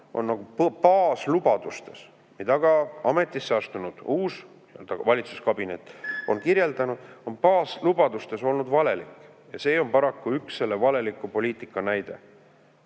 on baaslubadustes. Nüüd aga ametisse astunud uus valitsuskabinet on kirjeldanud, on oma baaslubadustes olnud valelik, ja see on paraku üks selle valeliku poliitika näide.